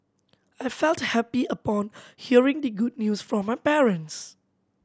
I felt happy upon hearing the good news from my parents